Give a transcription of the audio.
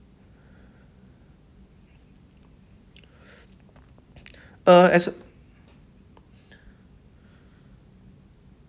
uh as